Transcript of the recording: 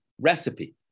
recipe